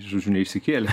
žodžiu neišsikėlė